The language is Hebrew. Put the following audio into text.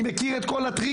אני מכיר את כל הטריקים,